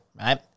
right